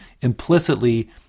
implicitly